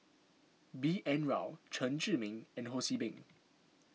B N Rao Chen Zhiming and Ho See Beng